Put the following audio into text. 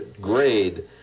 grade